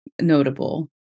notable